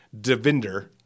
divinder